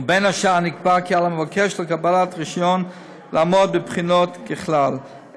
ובין השאר נקבע כי על המבקש לקבלת רישיון לעמוד בבחינות ככלל,